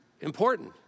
important